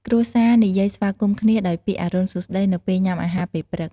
គ្រួសារនិយាយស្វាគមន៍គ្នាដោយពាក្យ "អរុណសួស្តី" នៅពេលញុំាអាហារពេលព្រឹក។